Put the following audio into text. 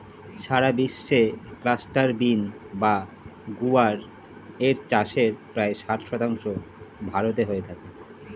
সারা বিশ্বে cluster bean বা গুয়ার এর চাষের প্রায় ষাট শতাংশ ভারতে হয়ে থাকে